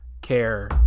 care